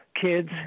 Kids